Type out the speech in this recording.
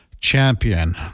Champion